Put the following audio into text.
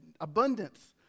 Abundance